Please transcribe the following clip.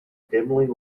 dimly